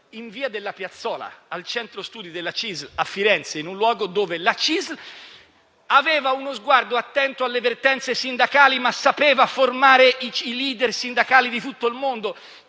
in Via della Piazzuola, al Centro studi della CISL a Firenze, in un luogo in cui la CISL aveva uno sguardo attento alle vertenze sindacali, ma sapeva formare i *leader* sindacali di tutto il mondo.